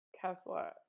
Tesla